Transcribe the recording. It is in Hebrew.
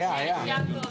כן, כן.